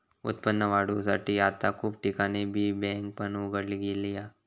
उत्पन्न वाढवुसाठी आता खूप ठिकाणी बी बँक पण उघडली गेली हा